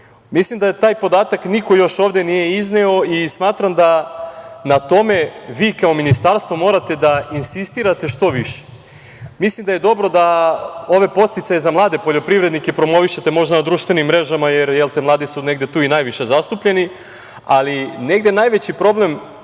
da taj podatak niko još ovde nije izneo i smatram da na tome vi kao ministarstvo morate da insistirate što više. Mislim da je dobro da ove podsticaje za mlade poljoprivrednike promovišete možda na društvenim mrežama, jer mladi su negde tu i najviše zastupljeni, ali negde najveći problem